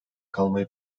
kalmayı